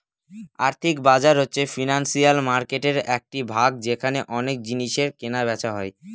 আর্থিক বাজার হচ্ছে ফিনান্সিয়াল মার্কেটের একটি ভাগ যেখানে অনেক জিনিসের কেনা বেচা হয়